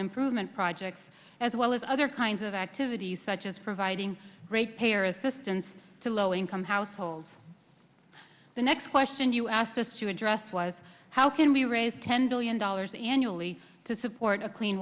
improvement projects as well as other kinds of activities such as providing ratepayer assistance to low income households the next question you asked us to address was how can we raise ten billion dollars annually to support a clean